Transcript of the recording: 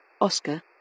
Oscar